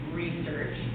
research